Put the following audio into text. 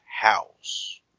house